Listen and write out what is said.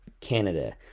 Canada